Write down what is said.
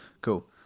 Cool